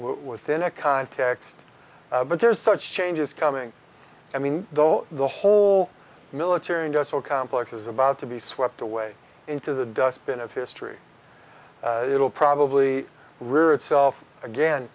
within a context but there's such changes coming i mean the whole the whole military industrial complex is about to be swept away into the dustbin of history it'll probably rear itself again